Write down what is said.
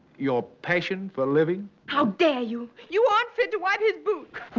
your passion for living? how dare you! you aren't fit to wipe his boot!